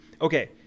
Okay